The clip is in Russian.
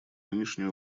нынешняя